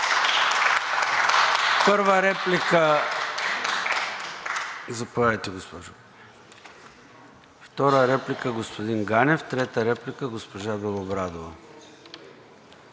Първа реплика – заповядайте. Втора реплика – господин Ганев, трета реплика – госпожа Белобрадова.